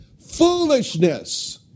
foolishness